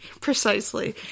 Precisely